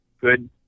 good